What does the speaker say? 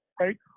right